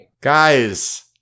Guys